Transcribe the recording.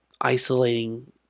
isolating